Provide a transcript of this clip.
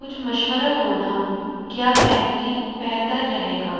کچھ مشورہ دو نا کیا بہتری بہتر رہے گا